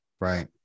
Right